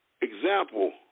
example